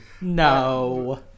No